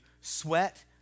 sweat